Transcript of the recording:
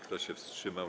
Kto się wstrzymał?